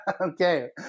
Okay